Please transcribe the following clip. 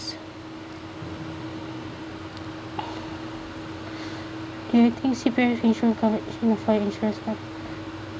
do you think C_P_F insurance coverage enough for your insurance coverage